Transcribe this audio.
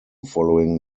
following